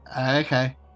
okay